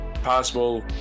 Possible